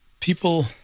people